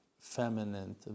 feminine